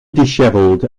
dishevelled